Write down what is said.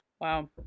Wow